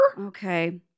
Okay